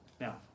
Now